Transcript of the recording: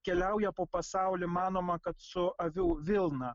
keliauja po pasaulį manoma kad su avių vilna